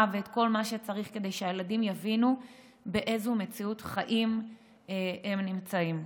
ואת כל מה שצריך כדי שהילדים יבינו באיזו מציאות חיים הם נמצאים.